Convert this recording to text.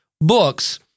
books